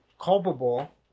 culpable